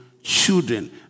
Children